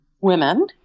women